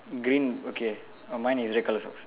green okay oh mine is red colour socks